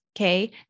okay